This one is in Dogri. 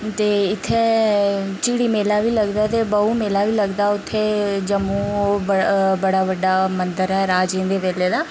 ते इत्थें झिड़ी मेला बी लगदा ऐ ते बहु मेला बी लगदा उत्थें जम्मू बड़ा बड्डा मंदर ऐ राजें दे बेल्लें दा